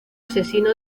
asesino